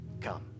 come